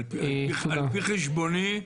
על פי חשבוני,